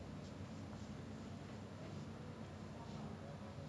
there's the patriot act ozark and mindhunter